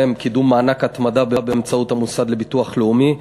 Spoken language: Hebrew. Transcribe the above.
ובהם: קידום מענק התמדה באמצעות המוסד לביטוח לאומי,